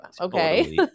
okay